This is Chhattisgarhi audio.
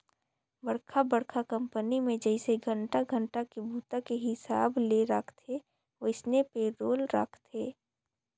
बड़खा बड़खा कंपनी मे जइसे घंटा घंटा के बूता के हिसाब ले राखथे वइसने पे रोल राखथे